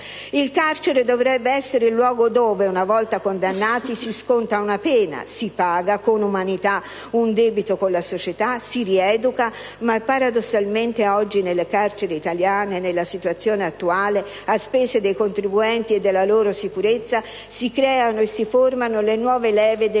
Il carcere dovrebbe dunque essere il luogo dove, una volta condannati, si sconta una pena, si paga (con umanità) un debito con la società, si rieduca, ma paradossalmente oggi nelle carceri italiane, nella situazione attuale, a spese dei contribuenti e della loro sicurezza, si creano e formano le nuove leve della